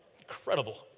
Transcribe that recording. Incredible